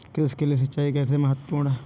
कृषि के लिए सिंचाई कैसे महत्वपूर्ण है?